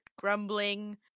grumbling